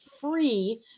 free